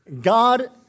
God